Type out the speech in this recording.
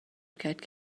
کرد